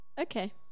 Okay